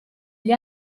gli